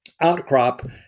outcrop